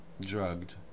Drugged